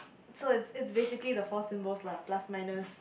so it's it's basically the four symbols lah plus minus